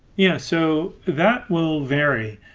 yeah. so that will vary.